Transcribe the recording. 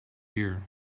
year